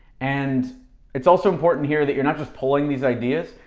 and it's also important here that you're not just pulling these ideas,